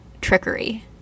trickery